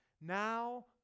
Now